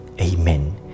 Amen